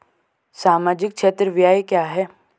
सामाजिक क्षेत्र व्यय क्या है?